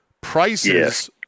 prices